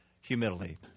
humility